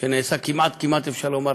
שנעשה כמעט, כמעט, אפשר לומר,